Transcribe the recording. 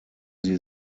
sie